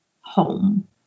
home